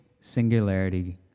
singularity